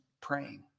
praying